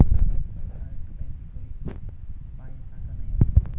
direct bank की कोई बाह्य शाखा नहीं होती